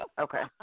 Okay